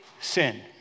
sin